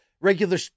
regular